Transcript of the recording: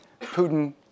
Putin